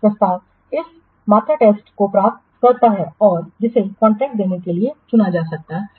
प्रस्ताव इस मात्राटेस्टको पास करता है और जिसे कॉन्ट्रैक्ट देने के लिए चुना जा सकता है